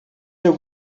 wir